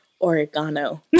oregano